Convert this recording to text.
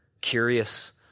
curious